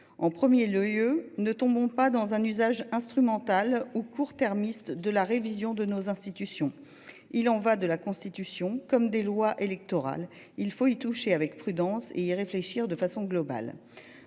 En premier lieu, ne tombons pas dans un usage instrumental ou court termiste de la révision de nos institutions. Il en va de la Constitution comme des lois électorales : il faut y toucher avec prudence et y réfléchir de façon globale,